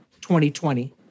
2020